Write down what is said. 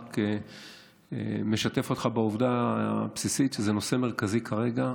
רק משתף אותך בעובדה הבסיסית שזה נושא מרכזי כרגע,